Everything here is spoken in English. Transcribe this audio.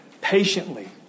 patiently